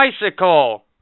bicycle